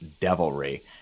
devilry